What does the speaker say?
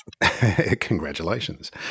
Congratulations